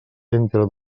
entre